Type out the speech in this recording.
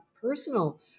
personal